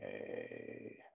okay